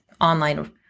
online